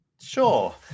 Sure